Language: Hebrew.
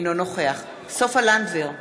אינו נוכח סופה לנדבר,